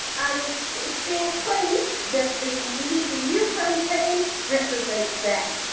and it's being claimed that the leave. eu campaign represents them.